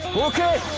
okay.